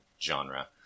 genre